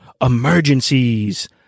emergencies